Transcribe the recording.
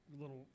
little